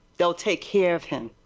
they will take care of him.